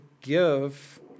give